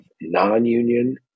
non-union